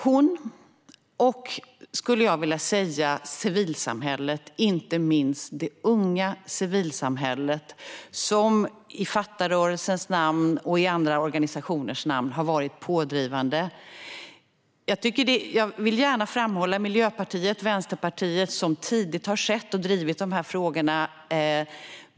Det är hon och civilsamhället, inte minst det unga civilsamhället med Fatta-rörelsen och andra organisationer, som har varit pådrivande. Jag vill gärna framhålla Miljöpartiet och Vänsterpartiet, som tidigt har sett och drivit de här frågorna.